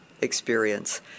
experience